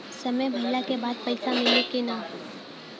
समय भइला के बाद पैसा मिली कि ना?